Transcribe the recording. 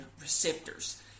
receptors